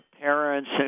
parents